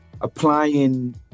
applying